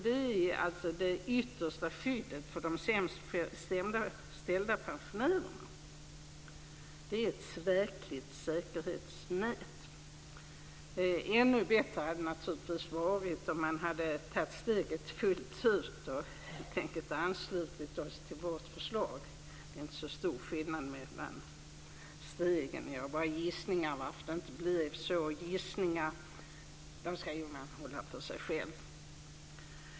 Det är det yttersta skyddet för de sämst ställda pensionärerna. Det är ett verkligt säkerhetsnät. Ännu bättre hade naturligtvis varit om man hade tagit steget fullt ut och helt enkelt anslutit sig till vårt förslag. Det är inte så stor skillnad mellan stegen. Jag har bara gissningar om varför man inte har gjort så, och när man bara kan göra gissningar ska man hålla det för sig själv.